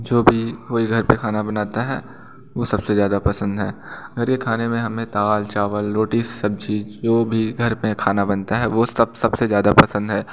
जो भी कोई घर पे खाना बनाता है वो सब से ज़्यादा पसंद है मेरे खाने में हमें दाल चावल रोटी सब्ज़ी जो भी घर पर खाना बनता है वो सब सब से ज़्यादा पसंद है